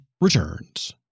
returns